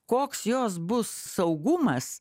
koks jos bus saugumas